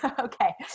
okay